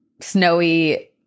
snowy